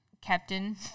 Captain